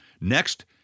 Next